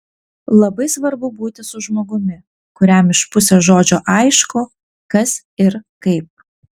labai svarbu būti su žmogumi kuriam iš pusės žodžio aišku kas ir kaip